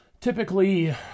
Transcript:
typically